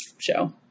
show